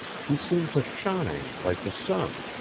he seemed to shine, like the sun.